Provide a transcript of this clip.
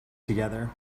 together